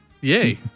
Yay